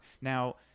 now